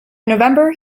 november